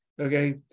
okay